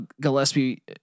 Gillespie